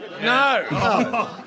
No